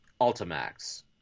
Ultimax